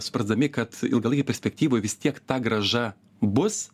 suprasdami kad ilgalaikėj perspektyvoj vis tiek ta grąža bus